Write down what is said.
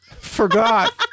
forgot